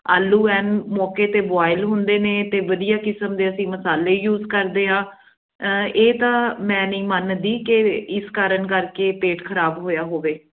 ਆਲੂ ਐਨ ਮੌਕੇ 'ਤੇ ਬੋਇਲ ਹੁੰਦੇ ਨੇ ਅਤੇ ਵਧੀਆ ਕਿਸਮ ਦੇ ਅਸੀਂ ਮਸਾਲੇ ਯੂਜ਼ ਕਰਦੇ ਹਾਂ ਇਹ ਤਾਂ ਮੈਂ ਨਹੀਂ ਮੰਨਦੀ ਕਿ ਇਸ ਕਾਰਨ ਕਰਕੇ ਪੇਟ ਖ਼ਰਾਬ ਹੋਇਆ ਹੋਵੇ